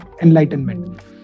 enlightenment